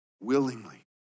Willingly